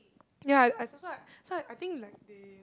ya I so so like so I think like they